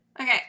Okay